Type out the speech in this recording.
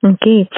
Okay